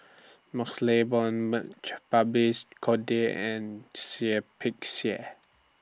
MaxLe Blond Babes Conde and Seah Peck Seah